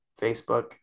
Facebook